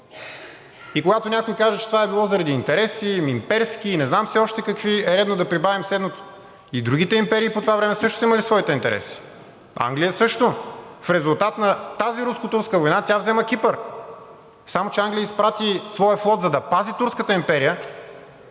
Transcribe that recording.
Когато някой каже, че това е било заради имперски интереси и не знам още какви, е редно да прибавим следното – и другите империи по това време също са имали своите интереси, Англия също. В резултат на тази Руско-турска война тя взима Кипър. Само че Англия изпрати своя флот, за да пази турската империя,